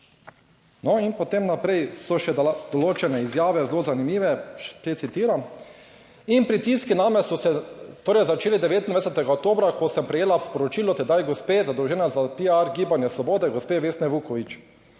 No in potem naprej, so še določene izjave zelo zanimive. In citiram: "In pritiski name so se torej začeli 29. oktobra, ko sem prejela sporočilo tedaj gospe zadolžene za piar Gibanja Svoboda, gospe Vesne Vuković,